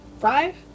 Five